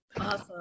Awesome